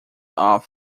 off